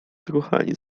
zakochani